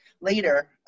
later